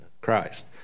Christ